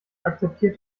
akzeptiert